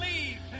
leave